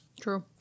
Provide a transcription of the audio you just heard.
True